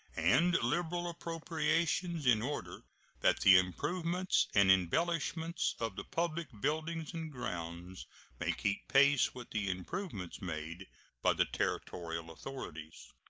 and liberal appropriations in order that the improvements and embellishments of the public buildings and grounds may keep pace with the improvements made by the territorial authorities.